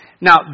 Now